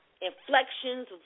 Inflections